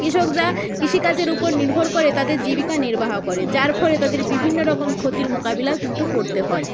কৃষকরা কৃষিকাজের উপর নির্ভর করে তাদের জীবিকা নির্বাহ করে যার ফলে তাদের বিভিন্ন রকম ক্ষতির মোকাবিলাও কিন্তু পড়তে হয়